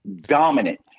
Dominant